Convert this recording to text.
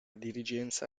dirigenza